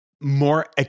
more